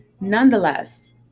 Nonetheless